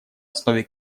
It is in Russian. основе